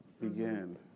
begin